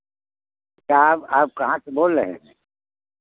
आप आप कहाँ से बोल रहे हैं